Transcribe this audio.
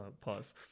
pause